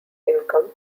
income